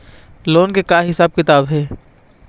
Loan ले के का हिसाब किताब हे?